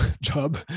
job